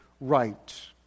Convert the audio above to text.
right